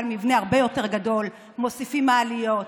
מבנה הרבה יותר גדול ומוסיפים מעליות,